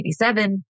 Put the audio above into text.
1987